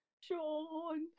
Sean